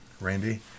Randy